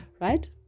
right